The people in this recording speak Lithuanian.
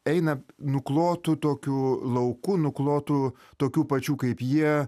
eina nuklotu tokiu lauku nuklotu tokių pačių kaip jie